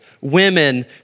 women